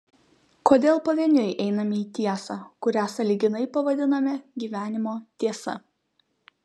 kodėl pavieniui einame į tiesą kurią sąlyginai pavadiname gyvenimo tiesa